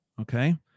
Okay